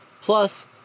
plus